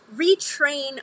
retrain